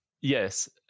Yes